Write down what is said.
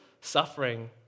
suffering